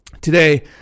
today